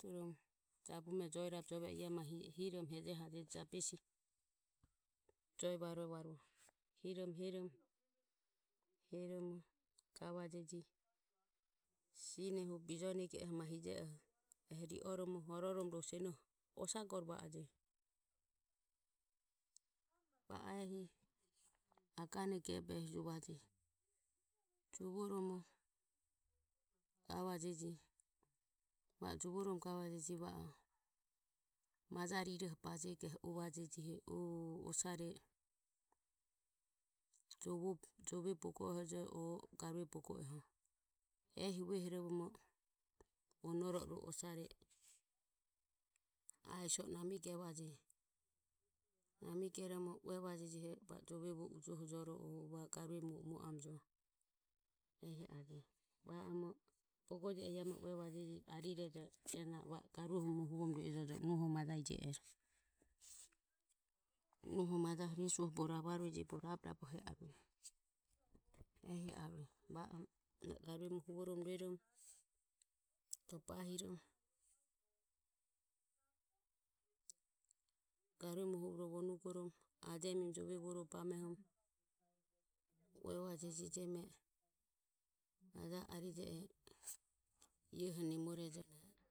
Jabume joe rabe jove oho iae ma hiromomo hejehajeje. jabesi joe vaerovaruho. hiromo heromo heromo gavajeje sinehu bijonege oho ma hije oho ri oromo horomo osagore va ajeje. Va o ehi agane gebo juva jeje va o juvoromo gavajeje va o juvoromo gavajeje va o majae riroho bajego o. o osare jove bogo e hojo o garue bogo e hojo ehi vue horomo vonoro o osare asiso e nami gevajeje nami geromo uevajeje va o jove vuo ujohojoro o garue muhuvoam joro e hi a jeje bogo jie oho uevajeje arirejo naro va o romo garuo ho muhu vo e jojo nuho majae jie e ro nuho majaho resuo ho bogo ravarueje bogo rabe rabe e arueje ehi arueje. va om garue muhuvom ruerom ro bahim. garue muhuvom ro bahim garue muhuvorom ro vonugorom ajemiromo, jove vuorom ro bamom uevajeje jeme maja e arije oho ie nemorejo na.